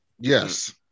Yes